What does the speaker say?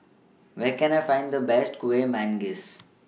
Where Can I Find The Best Kueh Manggis